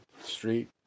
street